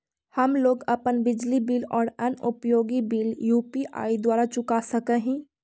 हम लोग अपन बिजली बिल और अन्य उपयोगि बिल यू.पी.आई द्वारा चुका सक ही